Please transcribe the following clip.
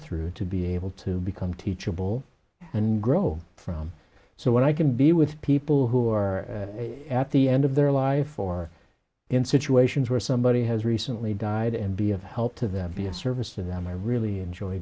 through to be able to become teachable and grow from so what i can be with people who are at the end of their life or in situations where somebody has recently died and be of help to them be a service to them i really enjoy